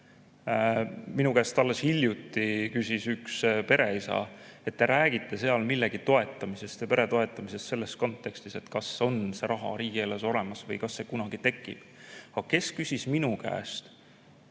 Minu käest küsis alles hiljuti üks pereisa: te räägite seal millegi toetamisest ja pere toetamisest selles kontekstis, kas on see raha riigieelarves olemas või kas see kunagi tekib, aga kes küsis minu käest,